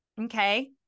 okay